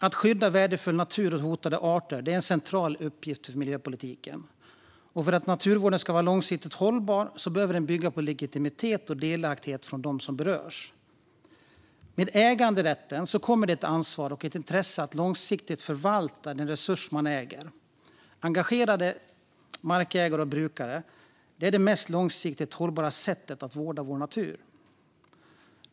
Att skydda värdefull natur och hotade arter är en central uppgift för miljöpolitiken. För att naturvården ska vara långsiktigt hållbar behöver den bygga på legitimitet och delaktighet från dem som berörs. Med äganderätten kommer ett ansvar och intresse av att långsiktigt förvalta den resurs man äger. Engagerade markägare och brukare är det långsiktigt mest hållbara sättet att vårda vår natur.